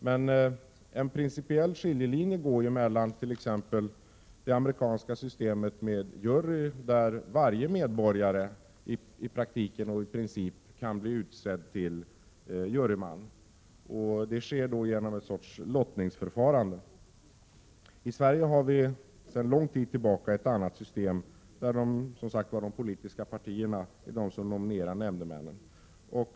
Men en principiell skiljelinje går ju mellan vårt system och t.ex. det amerikanska, där man har en jury och där varje medborgare i princip, och i praktiken, kan bli utsedd till juryman. Detta sker genom någon sorts lottningsförfarande. I Sverige har vi sedan lång tid tillbaka ett annat system, där nomineringarna som sagt görs av de politiska partierna.